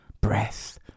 breath